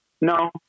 No